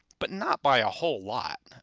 but not by a whole lot,